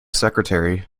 secretary